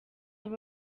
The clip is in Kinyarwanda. aba